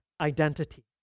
identity